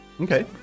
Okay